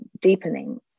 deepening